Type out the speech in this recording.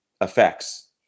effects